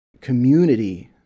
community